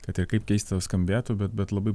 kad ir kaip keista skambėtų bet bet labai